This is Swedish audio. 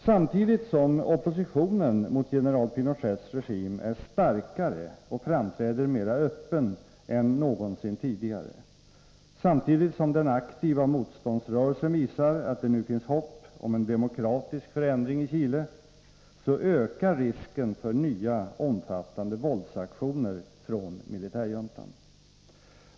Samtidigt som oppositionen mot general Pinochets regim är starkare och framträder mera öppen än någonsin tidigare, och samtidigt som den aktiva motståndsrörelsen visar att det nu finns hopp om en demokratisk förändring i Chile, så ökar risken för nya omfattande våldsaktioner från militärjuntan.